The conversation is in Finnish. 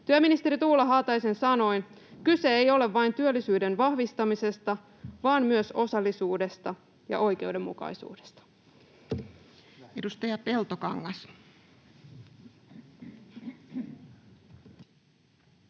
Työministeri Tuula Haataisen sanoin: kyse ei ole vain työllisyyden vahvistamisesta, vaan myös osallisuudesta ja oikeudenmukaisuudesta. [Speech